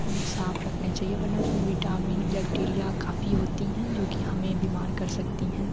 उन्हें साफ़ रखने चाहिए वरना उसमें विटामिन बैकटीरिया काफ़ी होती है जो कि हमें बीमार कर सकती है